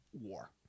war